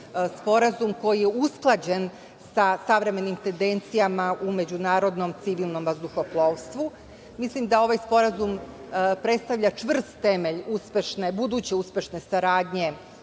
sporazum koji je usklađen sa savremenim tendencijama u međunarodnom civilnom vazduhoplovstvu. Mislim da ovaj sporazum predstavlja čvrst temelj buduće uspešne saradnje